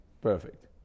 perfect